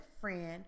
friend